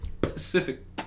Pacific